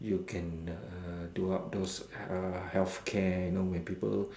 you can uh do out those para~ healthcare you know where people